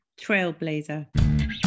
trailblazer